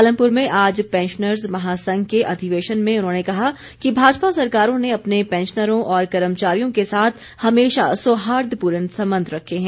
पालमपुर में आज पैंशनर्स महासंघ के अधिवेशन में उन्होंने कहा कि भाजपा सरकारों ने अपने पैंशनरों और कर्मचारियों के साथ हमेशा सौहार्दपूर्ण संबंध रखे हैं